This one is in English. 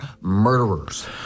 murderers